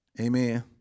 Amen